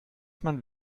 man